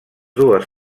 dues